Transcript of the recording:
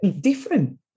different